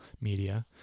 media